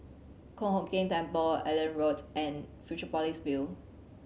Kong Hock Keng Temple Allenby Road and Fusionopolis View